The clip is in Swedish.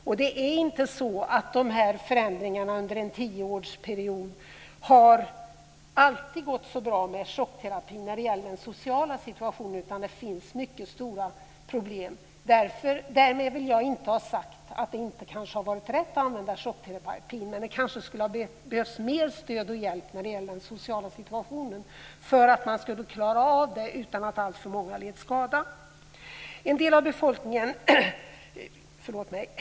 När det gäller de förändringar i den sociala situationen som har skett under en tioårsperiod har det inte alltid gått så bra med chockterapi, utan det finns fortfarande stora problem. Därmed vill jag inte ha sagt att det inte har varit rätt att använda chockterapi, men det kanske skulle ha behövts mer stöd och hjälp när det gäller den sociala situationen. Då hade inte så många behövt lida skada.